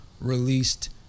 released